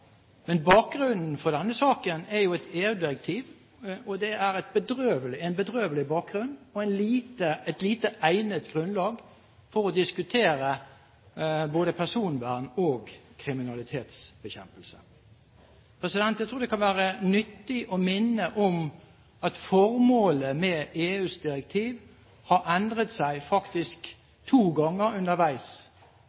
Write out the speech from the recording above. Men bakgrunnen for denne saken er jo et EU-direktiv – og det er en bedrøvelig bakgrunn og et lite egnet grunnlag for å diskutere både personvern og kriminalitetsbekjempelse. Jeg tror det kan være nyttig å minne om at formålet med EUs direktiv har endret seg – faktisk